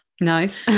nice